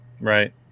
Right